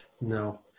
No